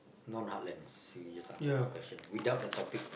non heartlands so you just answer the question without the topic